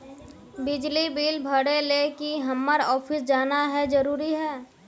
बिजली बिल भरे ले की हम्मर ऑफिस जाना है जरूरी है?